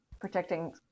protecting